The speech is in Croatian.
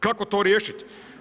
Kako to riješiti?